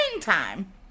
time